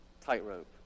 tightrope